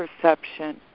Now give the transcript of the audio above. perception